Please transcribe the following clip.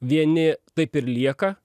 vieni taip ir lieka